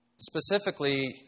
Specifically